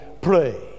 pray